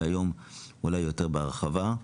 והיום אולי יותר בהרחבה.